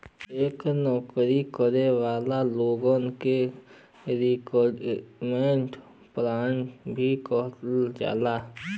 एके नौकरी करे वाले लोगन क रिटायरमेंट प्लान भी कहल जाला